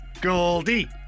Goldie